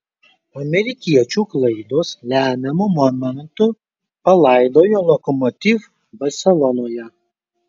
amerikiečių klaidos lemiamu momentu palaidojo lokomotiv barselonoje